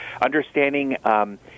understanding